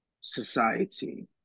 society